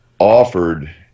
Offered